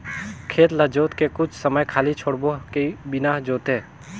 खेत ल जोत के कुछ समय खाली छोड़बो कि बिना जोते?